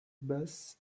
basses